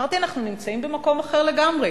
אנחנו נמצאים במקום אחר לגמרי.